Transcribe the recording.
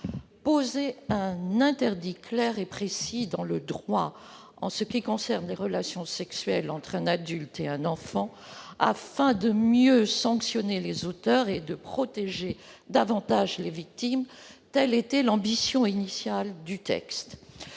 Poser un interdit clair et précis dans le droit en ce qui concerne les relations sexuelles entre un adulte et un enfant afin de mieux sanctionner les auteurs et de protéger davantage les victimes, telle était l'ambition initiale du texte.